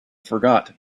forgot